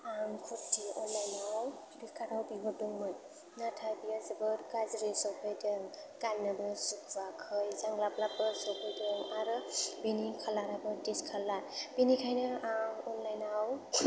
आं कुर्टि अनलाइनआव फ्लिपकार्टआव बिहरदोंमोन नाथाय बेयो जोबोद गाज्रि सफैदों गाननोबो सुख जायाखै जांलाब लाब सफैदों आरो बेनि कालाराबो दिस कालार बिनिखायनो आं अनलाइनआव